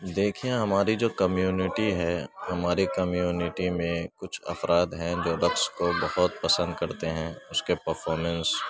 دیکھیں ہماری جو کمیونٹی ہے ہماری کمیونٹی میں کچھ افراد ہیں جو رقص کو بہت پسند کرتے ہیں اس کے پرفارمنس